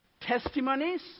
Testimonies